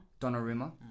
Donnarumma